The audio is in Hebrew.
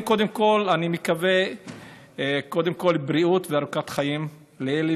לכן, קודם כול בריאות ואריכות חיים לאלי.